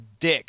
dick